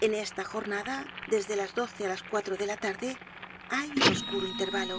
en esta jornada desde las doce á las cuatro de la tarde hay un oscuro intervalo